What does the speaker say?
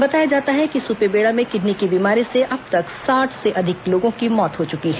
बताया जाता है कि सुपेबेड़ा में किडनी की बीमारी से अब तक साठ से अधिक लोगों की मौत हो चुकी है